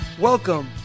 Welcome